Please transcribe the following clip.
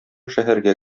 шәһәргә